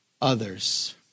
others